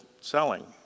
selling